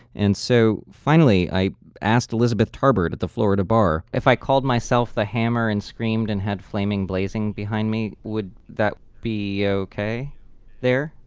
and so finally i asked elizabeth tarbert of the florida bar if i called myself the hammer and scream and had flaming blazing behind me, would that be okay there?